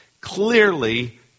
clearly